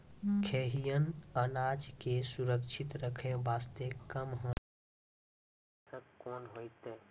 खैहियन अनाज के सुरक्षित रखे बास्ते, कम हानिकर कीटनासक कोंन होइतै?